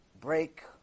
break